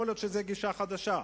ויכול להיות שזו גישה חדשה,